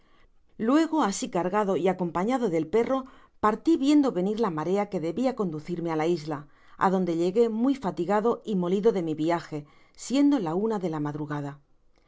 luego así cargado y acompañado del peno partí viendo venir la marea que debia conducirme á la isla adonde llegué muy fatigado y molido de mi viaje siendo la una de la madrugada